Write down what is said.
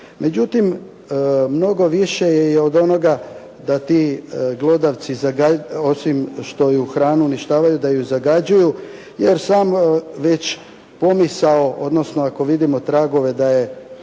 Međutim, mnogo više je i od onoga da ti glodavci osim što hranu uništavaju da ju zagađuju jer samo već pomisao, odnosno ako vidimo tragove da je,